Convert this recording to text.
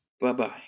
Bye-bye